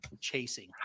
chasing